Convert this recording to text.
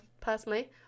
personally